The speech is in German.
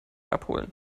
abholen